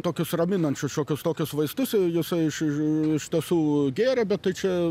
tokius raminančius šiokius tokius vaistus jisai iš iš iš tiesų gėrė bet tai čia